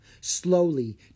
Slowly